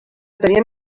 tenien